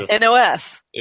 nos